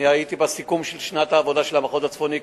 הייתי בסיכום של שנת העבודה של המחוז הצפוני.